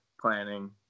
planning